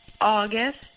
August